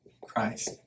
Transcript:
Christ